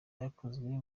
byakozwe